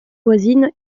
voisines